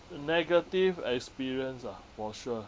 negative experience ah for sure